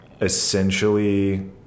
essentially